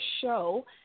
show